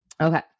Okay